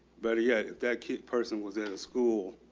but yeah, that key person was at a school.